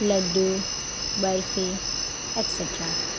laddu barfi extra